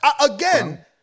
again